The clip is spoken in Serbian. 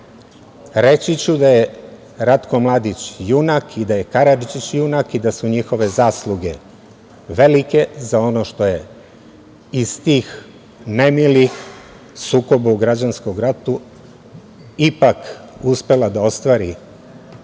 Reći ću da je Ratko Mladić junak i da je Karadžić junak i da su njihove zasluge velike za ono što je iz tih nemilih sukoba u građanskom ratu ipak uspela da ostvari